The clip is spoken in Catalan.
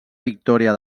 victòria